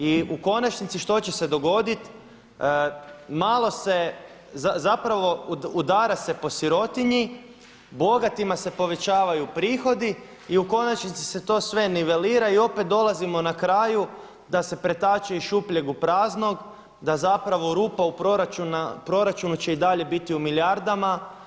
I u konačnici što će se dogodit malo se, zapravo udara se po sirotinji, bogatima se povećavaju prihodi i u konačnici se to sve nivelira i opet dolazimo na kraju da se pretače iz šupljeg u prazno, da zapravo rupa u proračunu će i dalje biti u milijardama.